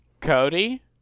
Cody